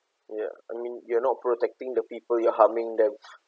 ya I mean you're not protecting the people you're harming them